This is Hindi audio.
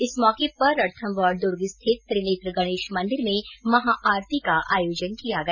इस मौके पर रणथम्मौर दुर्ग स्थित त्रिनेत्र गणेश मन्दिर में महा आरती का आयोजन किया गया